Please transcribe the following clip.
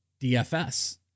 DFS